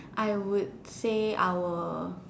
I would say I will